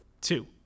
two